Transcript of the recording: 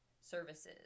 services